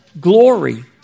glory